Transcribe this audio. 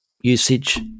usage